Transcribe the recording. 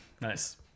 Nice